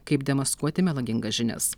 kaip demaskuoti melagingas žinias